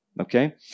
Okay